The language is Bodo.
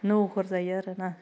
नौकर जायो आरो ना